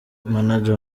manager